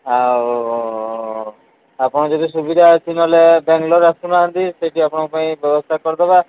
ଆଉ ଆପଣ ଯଦି ସୁବିଧା ଅଛି ନ ହେଲେ ବାଙ୍ଗଲୋର ଆସୁ ନାହାନ୍ତି ସେଠି ଆପଣଙ୍କ ପାଇଁ ବ୍ୟବସ୍ଥା କରିଦେବା